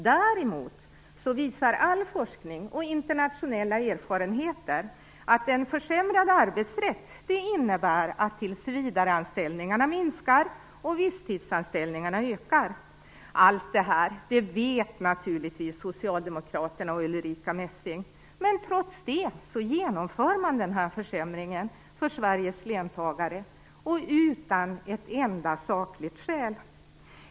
Däremot visar all forskning och internationella erfarenheter att en försämrad arbetsrätt innebär att tillsvidareanställningarna minskar och visstidsanställningarna ökar. Allt det här vet naturligtvis Socialdemokraterna och Ulrica Messing. Trots det genomför man den här försämringen för Sveriges löntagare - utan något enda sakligt skäl.